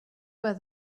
where